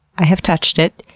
i have touched it,